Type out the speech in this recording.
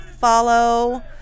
follow